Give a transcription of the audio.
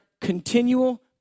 continual